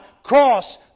Cross